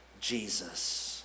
Jesus